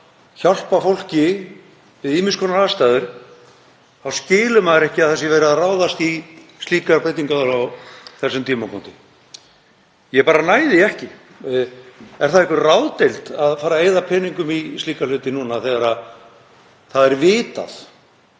hjálpa fólki við ýmiss konar aðstæður, þá skilur maður ekki að það sé verið að ráðast í slíkar breytingar á þessum tímapunkti. Ég bara næ því ekki. Er það einhver ráðdeild að fara að eyða peningum í slíka hluti núna þegar það er vitað